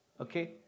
Okay